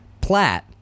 Platt